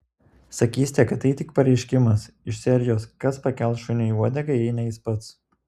sakysite kad tai tik pareiškimas iš serijos kas pakels šuniui uodegą jei ne jis pats